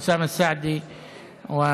אוסאמה סעדי ואני,